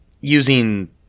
using